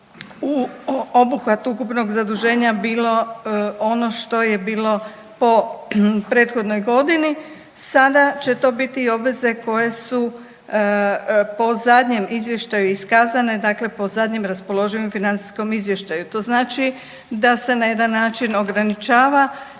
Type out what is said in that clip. u obuhvatu ukupnog zaduženja bilo ono što je bilo po prethodnoj godini, sada će to biti i obveze koje su po zadnjem izvještaju iskazane, dakle po zadnjem raspoloživom financijskom izvještaju. To znači da se na jedan način ograničava